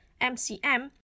MCM